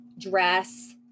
dress